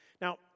Now